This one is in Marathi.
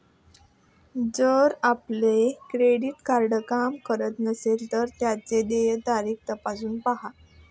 जर आपलं क्रेडिट कार्ड काम करत नसेल तर त्याची देय तारीख तपासून पाहा